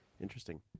Interesting